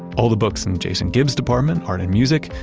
all the books in jason gibbs's department, art and music,